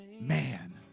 Man